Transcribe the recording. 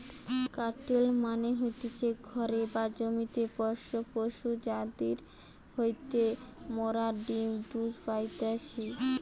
কাটেল মানে হতিছে ঘরে বা জমিতে পোষ্য পশু যাদির হইতে মোরা ডিম্ দুধ পাইতেছি